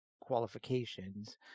qualifications